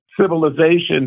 civilization